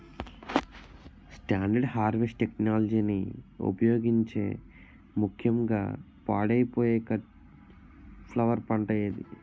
Standard harvest టెక్నాలజీని ఉపయోగించే ముక్యంగా పాడైపోయే కట్ ఫ్లవర్ పంట ఏది?